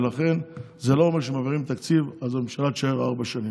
ולכן זה לא אומר שאם מעבירים תקציב אז הממשלה תישאר ארבע שנים.